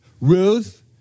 Ruth